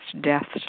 deaths